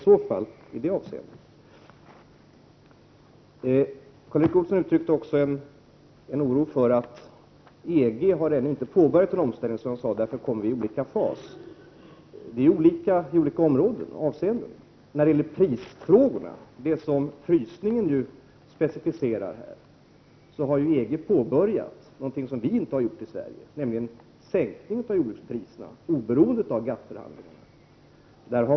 Karl Erik Olsson uttryckte också en oro för att vi, eftersom EG ännu inte har påbörjat någon omställning, kommer att hamna i olika faser. Men detta är olika för olika områden. När det gäller det som frysningen specificerar, har ju EG - till skillnad från Sverige — under de två senaste åren börjat sänka jordbrukspriserna oberoende av GATT-förhandlingarna.